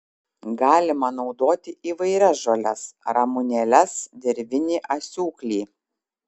galima naudoti įvairias žoles ramunėles dirvinį asiūklį